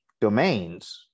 domains